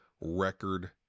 record